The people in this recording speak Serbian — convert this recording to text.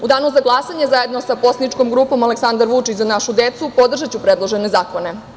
U danu za glasanje, zajedno sa poslaničkom grupom Aleksandar Vučić – Za našu decu, podržaću predložene zakone.